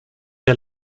der